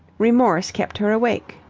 remorse kept her awake.